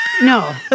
No